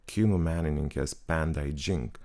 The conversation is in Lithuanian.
kinų menininkės pen dai džing